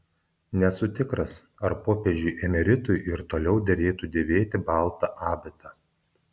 nesu tikras ar popiežiui emeritui ir toliau derėtų dėvėti baltą abitą